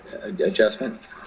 adjustment